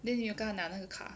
then 你有跟他拿那个卡